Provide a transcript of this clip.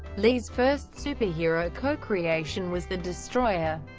lee's first superhero co-creation was the destroyer,